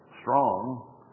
strong